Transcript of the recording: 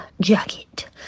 jacket